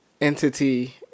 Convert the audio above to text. entity